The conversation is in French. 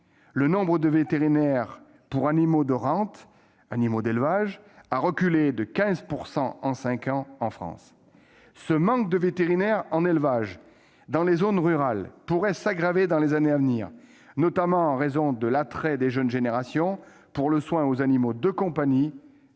Le nombre de vétérinaires pour animaux de rente, autrement dit d'élevage, a reculé de 15 % en cinq ans en France. Ce manque de vétérinaires en zone rurale pourrait s'aggraver dans les années à venir, notamment en raison de l'attrait des jeunes générations pour les soins aux animaux de compagnie